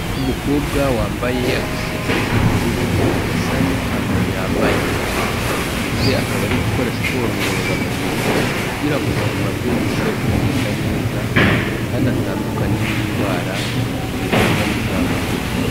Umukobwa wambaye agasengeri k'ubururu gasa n'ipantaro yambaye, ndetse akaba ari gukora siporo ngororamubiri kugirango ubuzima bwe burusheho kugenda neza kandi atandukanyekane n'indwara zizanwa n'izabukuru.